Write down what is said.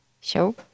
Show